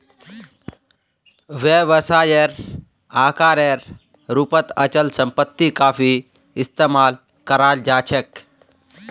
व्यवसायेर आकारेर रूपत अचल सम्पत्ति काफी इस्तमाल कराल जा छेक